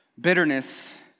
Bitterness